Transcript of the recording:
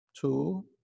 Two